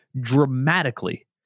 dramatically